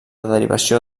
derivació